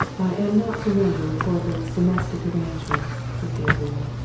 i am not familiar with horbury's domestic arrangements, said gabriel.